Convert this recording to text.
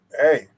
Hey